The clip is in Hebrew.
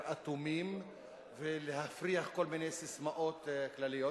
אטומים ולהפריח כל מיני ססמאות כלליות,